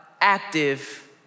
active